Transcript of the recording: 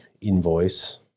invoice